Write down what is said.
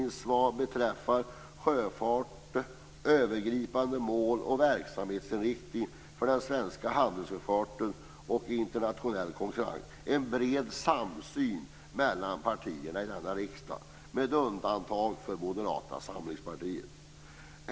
När det gäller sjöfartens övergripande mål, verksamhetsinriktningen för den svenska handelssjöfarten och internationell konkurrens finns det en bred samsyn mellan partierna i här i riksdagen med undantag för Moderata samlingspartiet.